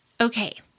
Okay